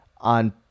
on